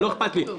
לא אכפת לי.